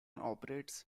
operates